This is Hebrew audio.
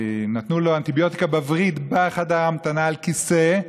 נתנו לו אנטיביוטיקה בווריד, בחדר המתנה על כיסא,